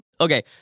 okay